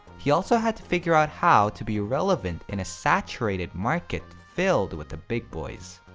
he also had to figure out how to be relevant in a saturated market filled with the big boys.